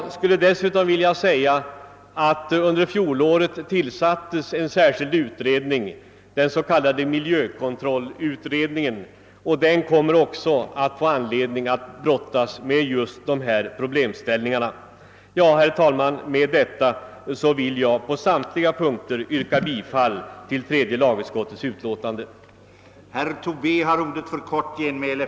Jag vill dessutom påpeka att det under fjolåret tillsattes en särskild utredning, miljökontrollutredningen, som får anledning att ta upp också dessa problem. Herr talman! Jag vill på samtliga punkter yrka bifall till tredje lagutskottets hemställan.